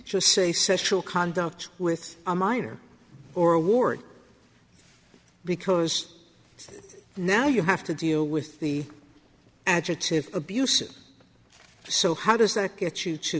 just say social conduct with a minor or award because now you have to deal with the adjective abusive so how does that get you to